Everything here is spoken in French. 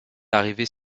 arrivés